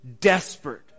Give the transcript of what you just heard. desperate